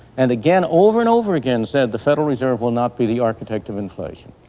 and again over and over again said the federal reserve will not be the architect of inflation.